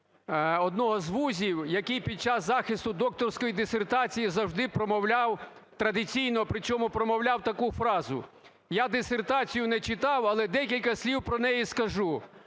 одного з вузів, який під час захисту докторської дисертації завжди промовляв, традиційно причому промовляв таку фразу: "Я дисертацію не читав, але декілька слів про неї скажу".